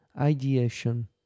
Ideation